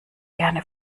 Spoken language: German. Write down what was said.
gerne